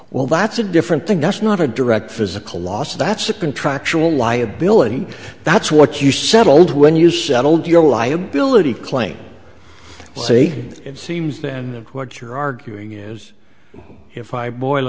well that's a different thing that's not a direct physical loss that's a contractual liability that's what you settled when you settled your liability claim see it seems then what you're arguing is if i boil